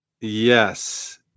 yes